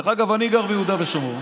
דרך אגב, אני גר ביהודה ושומרון.